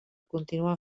continuar